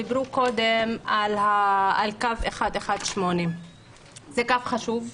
דיברו קודם על קו 118. זה קו חשוב,